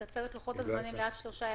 לקצר את לוחות הזמנים לעד שלושה ימים,